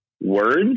words